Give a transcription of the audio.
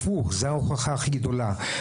הפוך, זו ההוכחה הכי גדולה.